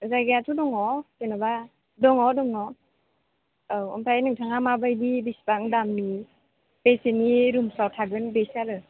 जायगायाथ' दङ जेनेबा दङ दङ औ ओमफ्राय नोंथाङा माबायदि बेसेबां दामनि बेसेनि रुमफ्राव थागोन बेसो आरो